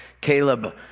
Caleb